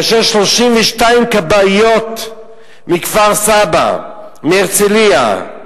כאשר 32 כבאיות מכפר-סבא, מהרצלייה,